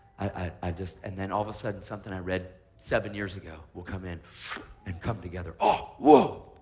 i just and then all of a sudden something i read seven years ago will come in and come together. oh, whoa,